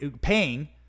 paying